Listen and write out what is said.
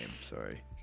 Sorry